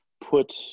put